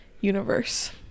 Universe